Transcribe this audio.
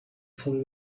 fully